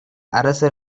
அரச